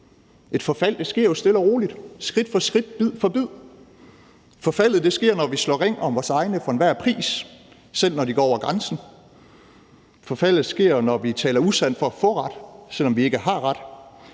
Et forfald sker jo stille og roligt, skridt for skridt, bid for bid. Forfaldet sker, når vi slår ring om vores egne for enhver pris, selv når de går over grænsen, og forfaldet sker, når vi taler usandt for at få ret, selv om vi ikke har ret.